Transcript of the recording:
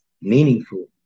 meaningful